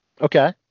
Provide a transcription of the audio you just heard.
Okay